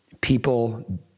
people